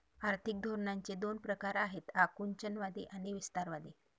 आर्थिक धोरणांचे दोन प्रकार आहेत आकुंचनवादी आणि विस्तारवादी